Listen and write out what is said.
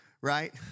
right